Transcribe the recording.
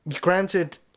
Granted